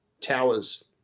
towers